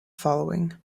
following